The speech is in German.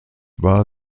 war